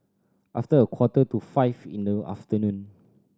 after a quarter to five in the afternoon